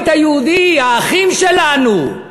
הבית היהודי, האחים שלנו,